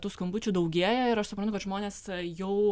tų skambučių daugėja ir aš suprantu kad žmonės jau